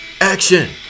action